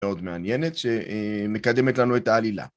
מאוד מעניינת, שמקדמת לנו את העלילה.